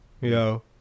Yo